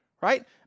right